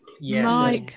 Yes